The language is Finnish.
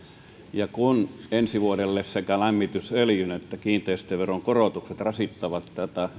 ja kun ensi vuodelle sekä lämmitysöljyn veron että kiinteistöveron korotukset rasittavat